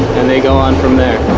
and they go on from there